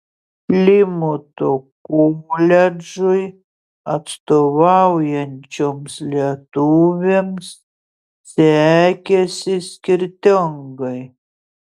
plimuto koledžui atstovaujančioms lietuvėms sekėsi skirtingai